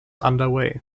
underway